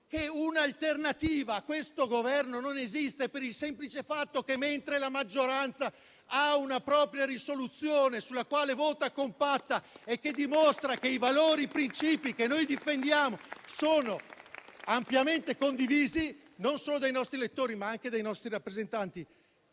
che un'alternativa a questo Governo non esiste. La maggioranza ha una propria risoluzione, infatti, sulla quale vota compatta, e che dimostra che i valori e i princìpi che noi difendiamo sono ampiamente condivisi, non solo dai nostri elettori, ma anche dai nostri rappresentanti